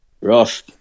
Rough